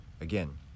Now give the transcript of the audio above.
again